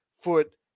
foot